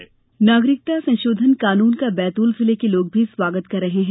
प्रतिक्रिया नागरिकता संशोधन कानून का बैतूल जिले के लोग भी स्वागत कर रहे हैं